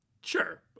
sure